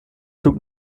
zug